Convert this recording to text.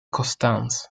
constance